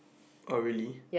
oh really